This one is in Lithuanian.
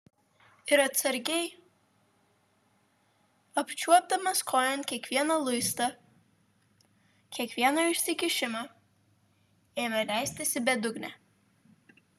ir atsargiai apčiuopdamas kojom kiekvieną luistą kiekvieną išsikišimą ėmė leistis į bedugnę